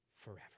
forever